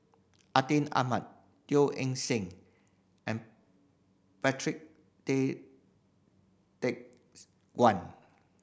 Atin Amat Teo Eng Seng and Patrick Tay Teck Guan